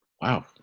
Wow